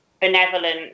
benevolent